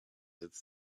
its